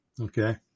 Okay